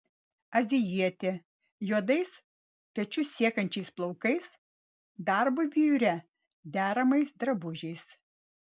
azijietė juodais pečius siekiančiais plaukais darbui biure deramais drabužiais